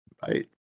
Bye